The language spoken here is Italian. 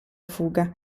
fuga